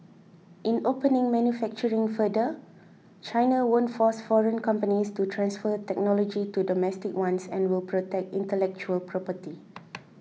in opening manufacturing further China won't force foreign companies to transfer technology to domestic ones and will protect intellectual property